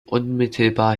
unmittelbar